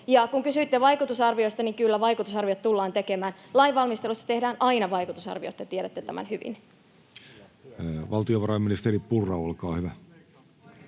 Ja kun kysyitte vaikutusarviosta, niin kyllä vaikutusarviot tullaan tekemään. Lainvalmistelussa tehdään aina vaikutusarviot, te tiedätte tämän hyvin. [Speech 97] Speaker: Jussi Halla-aho